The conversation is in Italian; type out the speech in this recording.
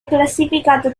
classificato